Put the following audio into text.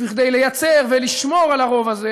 וכדי לייצר ולשמור על הרוב הזה